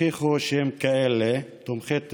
הוכיחו שהם כאלה, תומכי טרור,